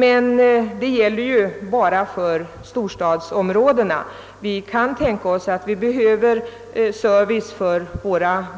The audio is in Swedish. De har emellertid endast betydelse för storstadsområdena. Även på landsbygden behövs service för